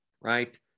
right